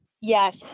yes